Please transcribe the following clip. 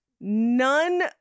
none